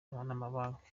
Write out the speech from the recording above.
n’amabanki